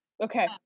okay